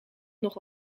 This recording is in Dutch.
nog